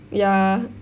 ya